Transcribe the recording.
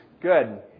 good